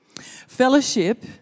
Fellowship